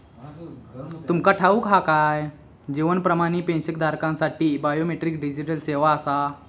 तुमका ठाऊक हा काय? जीवन प्रमाण ही पेन्शनधारकांसाठी बायोमेट्रिक डिजिटल सेवा आसा